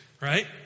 Right